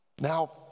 Now